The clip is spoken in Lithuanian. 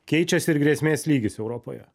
keičiasi ir grėsmės lygis europoje